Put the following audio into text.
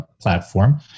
platform